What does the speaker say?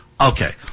okay